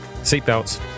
Seatbelts